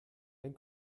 wenn